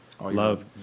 Love